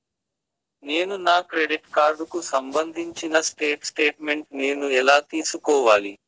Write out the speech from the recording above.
నేను నా క్రెడిట్ కార్డుకు సంబంధించిన స్టేట్ స్టేట్మెంట్ నేను ఎలా తీసుకోవాలి?